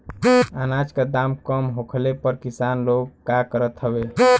अनाज क दाम कम होखले पर किसान लोग का करत हवे?